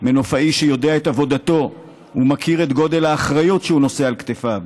מנופאי שיודע את עבודתו ומכיר את גודל האחריות שהוא נושא על כתפיו,